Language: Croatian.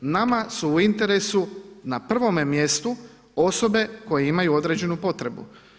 Nama su u interesu, na prvome mjestu, osobe koje imaju određenu potrebu.